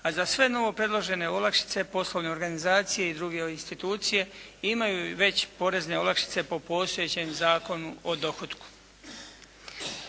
a za sve novo predložene olakšice, poslovne organizacije i druge institucije imaju već porezne olakšice po postojećem Zakonu o dohotku.